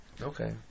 Okay